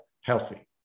healthy